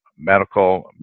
medical